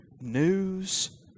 news